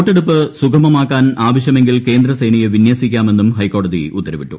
വോട്ടെടുപ്പ് സുഗമമാക്കാൻ ആവശ്യമെങ്കിൽ കേന്ദ്ര സേനയെ വിന്യസിക്കാമെന്നും ഹൈക്കോടതി ഉത്തരവിട്ടു